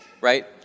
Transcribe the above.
right